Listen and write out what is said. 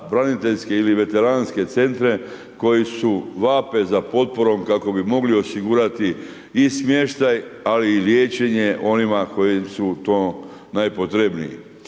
braniteljske ili vesternske centre, koji vape za potporom, kako bi mogli osigurati i smještaj, ali i liječenje onima koji su to najpotrebniji.